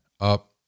up